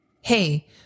hey